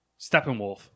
Steppenwolf